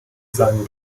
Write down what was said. seinen